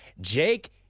Jake